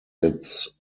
its